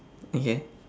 okay